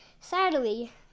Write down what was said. Sadly